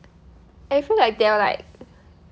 I feel like there were like